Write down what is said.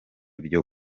byo